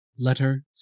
Letter